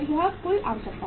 यह कुल आवश्यकता है